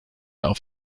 auf